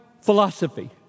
philosophy